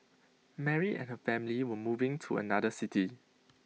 Mary and her family were moving to another city